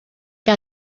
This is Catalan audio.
que